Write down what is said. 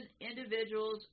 individuals